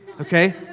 Okay